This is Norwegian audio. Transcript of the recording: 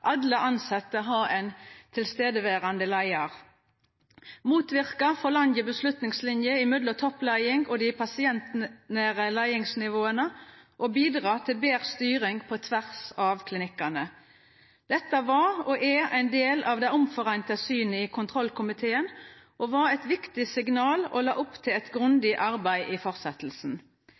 alle nivå for å sikra at alle tilsette har ein leiar som er til stades, motverka for lange avgjerdslinjer mellom toppleiing og dei pasientnære leiingsnivåa og bidra til betre styring på tvers av klinikkane. Dette var òg ein del av det det var semje om i kontrollkomiteen. Det var eit viktig signal og la opp til eit grundig arbeid i